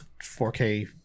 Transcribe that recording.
4K